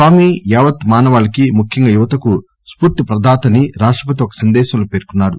స్వామి యావత్ మానవాళికి ముఖ్యంగా యువతకు స్పూర్తిప్రదాత అని రాష్టపతి ఒక సందేశంలో పేర్కొన్నారు